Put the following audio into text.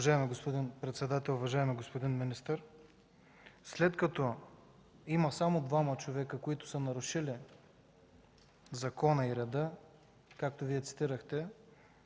Уважаеми господин председател, уважаеми господин министър! След като има само двама човека, които са нарушили закона и реда, както Вие цитирахте,